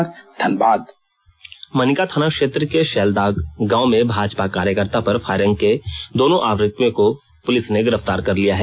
एक रिपोर्ट मनिका थाना क्षेत्र के शैलदाग गांव में भाजपा कार्यकर्ता पर फायरिंग के दोनों आरोपियों को पुलिस ने गिरफ्तार कर लिया है